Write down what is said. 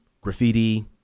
graffiti